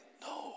No